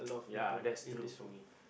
ya that's true for me